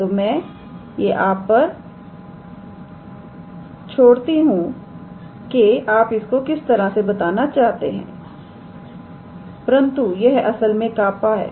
तो मैं आप पर छोड़ती हूं कि आप इसको किस तरह से बताना चाहते हैं परंतु यह असल में कापा है